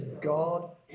God